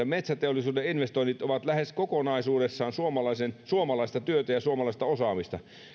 metsäteollisuuden investoinnit ovat lähes kokonaisuudessaan suomalaista työtä ja suomalaista osaamista